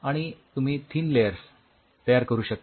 आणि तुम्ही thin layers तयार करू शकता